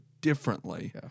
differently